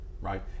right